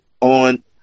on